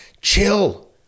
chill